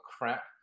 crap